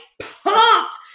pumped